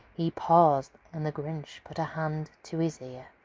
he paused, and the grinch put a hand to his ear.